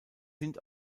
sind